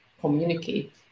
communicate